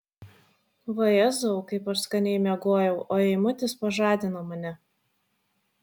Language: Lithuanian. vajezau kaip aš skaniai miegojau o eimutis pažadino mane